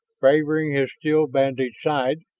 favoring his still bandaged side,